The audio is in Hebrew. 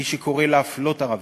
מי שקורא להפלות ערבים,